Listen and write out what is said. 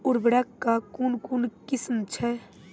उर्वरक कऽ कून कून किस्म छै?